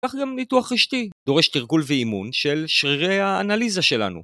כך גם ניתוח רשתי דורש תרגול ואימון של שרירי האנליזה שלנו.